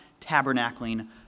tabernacling